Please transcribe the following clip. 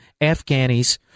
Afghanis